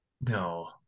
No